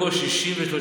אדוני היושב-ראש,